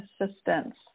assistance